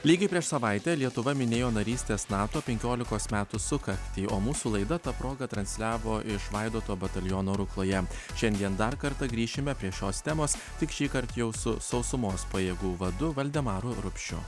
lygiai prieš savaitę lietuva minėjo narystės nato penkiolikos metų sukaktį o mūsų laida ta proga transliavo iš vaidoto bataliono rukloje šiandien dar kartą grįšime prie šios temos tik šįkart jau su sausumos pajėgų vadu valdemaru rupšiu